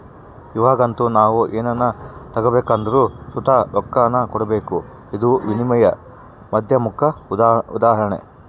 ಇವಾಗಂತೂ ನಾವು ಏನನ ತಗಬೇಕೆಂದರು ಸುತ ರೊಕ್ಕಾನ ಕೊಡಬಕು, ಇದು ವಿನಿಮಯದ ಮಾಧ್ಯಮುಕ್ಕ ಉದಾಹರಣೆ